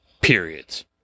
periods